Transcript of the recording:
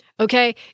Okay